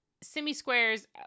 Semi-squares